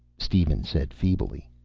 steven said feebly.